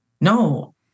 no